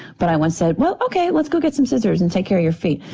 but i once said, well, ok let's go get some scissors and take care of your feet.